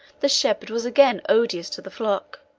the shepherd was again odious to the flock,